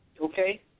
Okay